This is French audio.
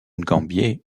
gambier